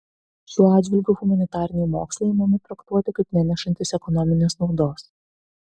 šiuo atžvilgiu humanitariniai mokslai imami traktuoti kaip nenešantys ekonominės naudos